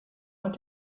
want